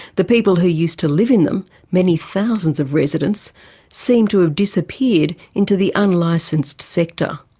the people who used to live in them many thousands of residents seem to have disappeared into the unlicensed sector.